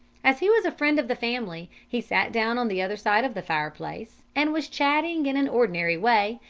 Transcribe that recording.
as he was a friend of the family, he sat down on the other side of the fireplace and was chatting in an ordinary way,